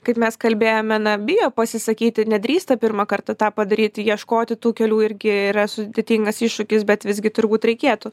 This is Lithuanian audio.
kaip mes kalbėjomena bijo pasisakyti nedrįsta pirmą kartą tą padaryti ieškoti tų kelių irgi yra sudėtingas iššūkis bet visgi turbūt reikėtų